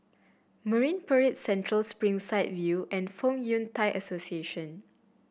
Marine Parade Central Springside View and Fong Yun Thai Association